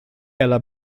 ela